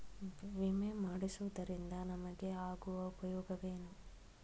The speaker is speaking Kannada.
ವಿಮೆ ಮಾಡಿಸುವುದರಿಂದ ನಮಗೆ ಆಗುವ ಉಪಯೋಗವೇನು?